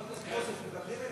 חבר הכנסת מוזס, הוא מדבר אליך.